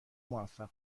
موفق